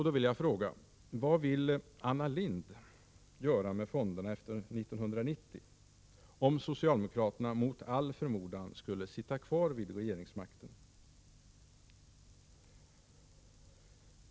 Då vill jag fråga: Vad vill Anna Lindh göra med fonderna efter 1990, om socialdemokraterna mot all förmodan skulle sitta kvar vid regeringsmakten?